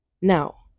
Now